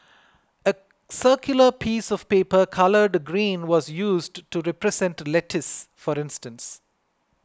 a circular piece of paper coloured green was used to represent lettuce for instance